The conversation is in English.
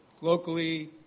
locally